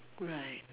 right